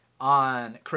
on